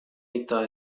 iddia